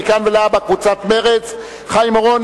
מכאן ולהבא קבוצת סיעת מרצ: חיים אורון,